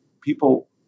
people